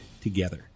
together